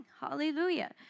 Hallelujah